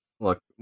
Look